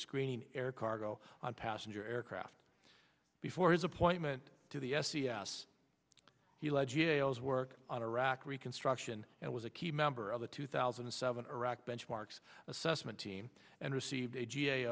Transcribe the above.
screening air cargo on passenger aircraft before his appointment to the s c s he legit ailes worked on iraq reconstruction and was a key member of the two thousand and seven iraq benchmarks assessment team and received a g a